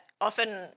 often